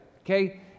Okay